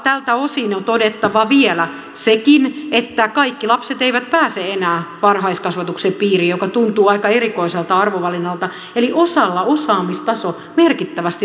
tältä osin on todettava vielä sekin että kaikki lapset eivät pääse enää varhaiskasvatuksen piiriin mikä tuntuu aika erikoiselta arvovalinnalta eli osalla osaamistaso merkittävästi laskee